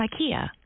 Ikea